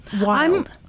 wild